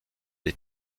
des